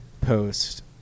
post